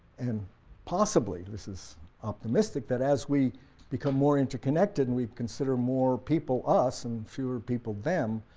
and possibly, this is optimistic, that as we become more interconnected and we consider more people us, and fewer people them,